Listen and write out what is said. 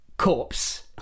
Corpse